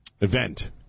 event